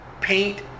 paint